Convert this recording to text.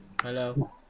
Hello